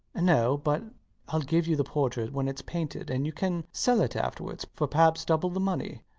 no but i'll give you the portrait when its painted and you can sell it afterwards for perhaps double the money.